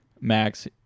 max